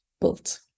built